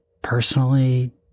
personally